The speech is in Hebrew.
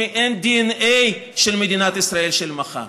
היא מעין דנ"א של מדינת ישראל של מחר.